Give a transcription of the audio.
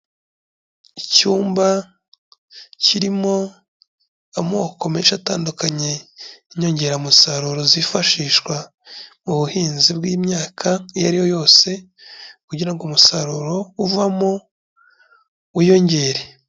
Icyumba kirimo amoko menshi atandukanye y'inyongera musaruro zifashishwa mu buhinzi bw'imyaka, iyo ari yo yose, kugira ngo umusaruro uvamo wiyongere.